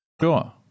Sure